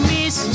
Miss